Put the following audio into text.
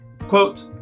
Quote